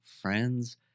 friends